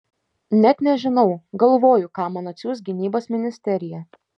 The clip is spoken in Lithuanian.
net nežinau galvoju ką man atsiųs gynybos ministerija